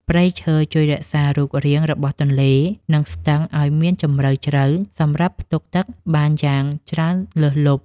ព្រៃឈើជួយរក្សារូបរាងរបស់ទន្លេ និងស្ទឹងឱ្យមានជម្រៅជ្រៅសម្រាប់ផ្ទុកទឹកបានយ៉ាងច្រើនលើសលប់។